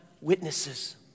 witnesses